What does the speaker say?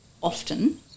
often